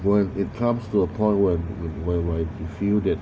when it comes to a point one when whe~ when I feel that